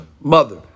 mother